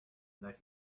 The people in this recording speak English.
what